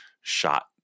shot